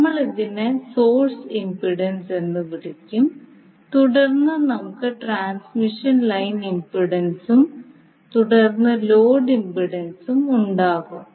നമ്മൾ ഇതിനെ source impedance എന്ന് വിളിക്കും തുടർന്ന് നമുക്ക് ട്രാൻസ്മിഷൻ ലൈൻ ഇംപെഡൻസും തുടർന്ന് ലോഡ് ഇംപെഡൻസും ഉണ്ടാകും